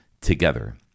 together